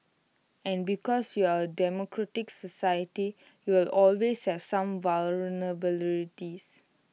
and because you're A democratic society you will always have some vulnerabilities